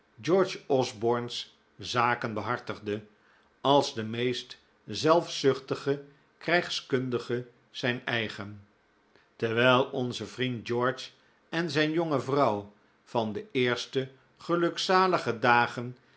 george osborne's zaken behartigde als de meest zelfzuchtige krijgskundige zijn eigen terwijl onze vriend george en zijn jonge vrouw van de eerste gelukzalige dagen